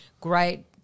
great